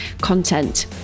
content